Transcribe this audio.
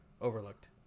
overlooked